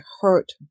hurt